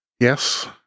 Yes